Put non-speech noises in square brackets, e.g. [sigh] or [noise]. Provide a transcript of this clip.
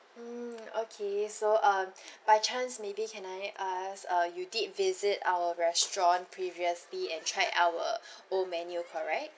mm okay so um [breath] by chance maybe can I ask uh you did visit our restaurant previously [noise] and tried our [breath] old menu correct